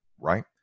right